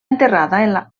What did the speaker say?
enterrada